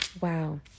Wow